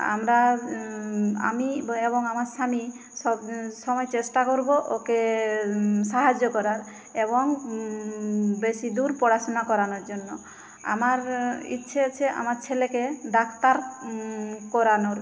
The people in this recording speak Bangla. আমরা আমি এবং আমার স্বামী সব সময় চেষ্টা করবো ওকে সাহায্য করার এবং বেশি দূর পড়াশুনা করানোর জন্য আমার ইচ্ছে আছে আমার ছেলেকে ডাক্তার করানোর